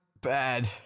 bad